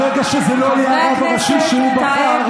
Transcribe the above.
ברגע שזה לא יהיה הרב הראשי שהוא בחר,